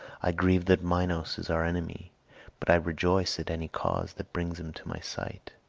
i grieve that minos is our enemy but i rejoice at any cause that brings him to my sight.